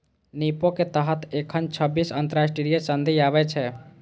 विपो के तहत एखन छब्बीस अंतरराष्ट्रीय संधि आबै छै